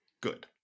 Good